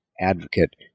advocate